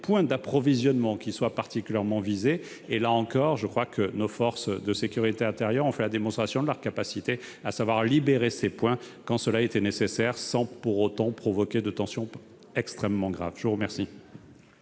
points d'approvisionnement soient visés. Là encore, nos forces de sécurité intérieure ont fait la démonstration de leur capacité à libérer ces points quand cela était nécessaire, sans pour autant provoquer de tensions extrêmement graves. La parole